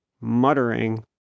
muttering